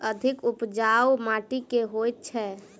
अधिक उपजाउ माटि केँ होइ छै?